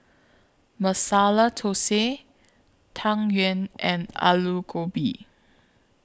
Masala Thosai Tang Yuen and Aloo Gobi